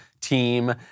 team